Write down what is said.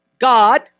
God